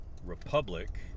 Republic